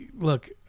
look